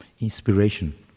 inspiration